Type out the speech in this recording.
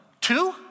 Two